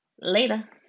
later